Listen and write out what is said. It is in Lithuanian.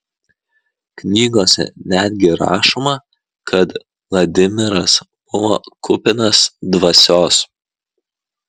knygose netgi rašoma kad vladimiras buvo kupinas dvasios